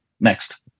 next